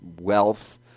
wealth